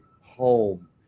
home